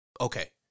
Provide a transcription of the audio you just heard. okay